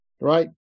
right